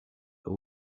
but